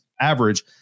average